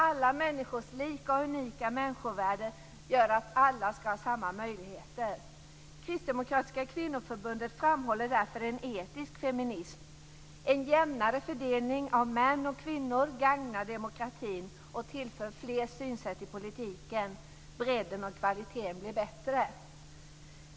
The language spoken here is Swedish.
Alla människors lika och unika människovärde gör att alla skall ha samma möjligheter. Kristdemokratiska Kvinnoförbundet framhåller därför en etisk feminism. En jämnare fördelning av män och kvinnor gagnar demokratin och tillför fler synsätt i politiken. Bredden och kvaliteten blir bättre.